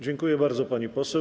Dziękuję bardzo, pani poseł.